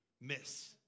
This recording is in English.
Miss